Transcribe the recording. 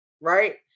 right